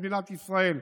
במדינת ישראל.